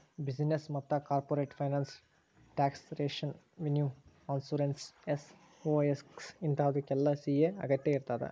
business ಮತ್ತ corporate finance taxation revenue assurance SOX ಇಂತಾವುಕ್ಕೆಲ್ಲಾ CA ಅಗತ್ಯಇರ್ತದ